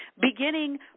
beginning